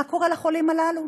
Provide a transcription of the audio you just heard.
מה קורה לחולים הללו?